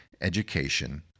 education